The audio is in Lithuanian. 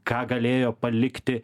ką galėjo palikti